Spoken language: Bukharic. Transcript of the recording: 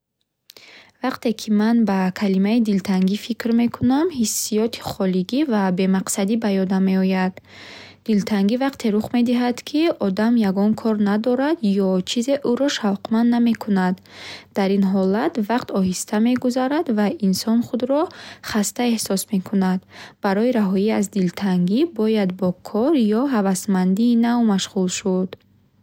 Вақте ки ман ба калимаи дилтангӣ фикр мекунам, ҳиссиёти холигӣ ва бемақсадӣ ба ёдам меояд. Дилтангӣ вақте рух медиҳад, ки одам ягон кор надорад ё чизе ӯро шавқманд намекунад. Дар ин ҳолат вақт оҳиста мегузарад ва инсон худро хаста эҳсос мекунад. Барои раҳоӣ аз дилтангӣ, бояд бо кор ё ҳавасмандии нав машғул шуд.